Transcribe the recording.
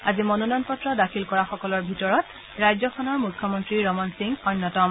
আজি মনোনয়ন পত্ৰ দাখিল কৰাসকলৰ ভিতৰত ৰাজ্যখনৰ মুখ্যমন্ত্ৰী ৰমন সিং অন্যতম